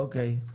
אוקיי.